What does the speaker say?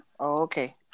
Okay